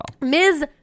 Ms